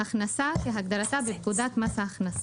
"הכנסה" כהגדרתה בפקודת מס ההכנסה.